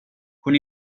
con